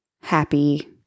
happy